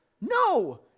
No